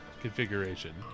Configuration